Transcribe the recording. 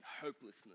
hopelessness